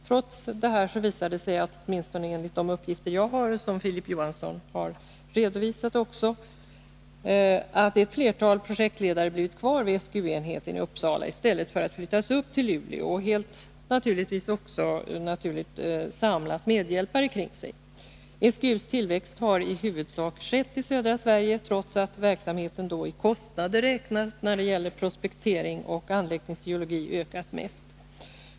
Trots detta visar det sig — åtminstone enligt de uppgifter jag har och som Filip Johansson här redovisade — att ett flertal projektledare blivit kvar vid SGU-enheten i Uppsala i stället för att flyttas upp till Luleå, och de har helt naturligt där samlat medhjälpare omkring sig. SGU:s tillväxt har i huvudsak skett i södra Sverige trots att verksamheten i kostnader räknat när det gäller prospektering och anläggningsgeologi ökat mest.